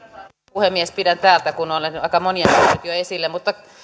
puhemies pidän puheenvuoron täältä paikalta kun olen aika monia asioita tuonut jo esille